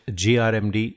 grmd